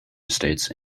estates